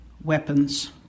weapons